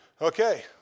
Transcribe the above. Okay